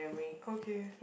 okay